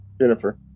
Jennifer